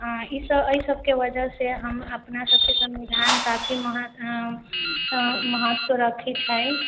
आँ ई सब एहिसब के वजह से हम अपनासबके संविधान काफी महत्व रखै छै